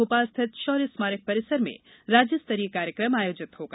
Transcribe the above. भोपाल स्थित शौर्य स्मारक परिसर में राज्य स्तरीय कार्यक्रम आयोजित किया जाएगा